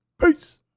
Peace